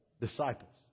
disciples